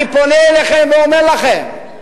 אני פונה אליכם ואומר לכם: